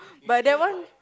but that one